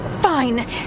Fine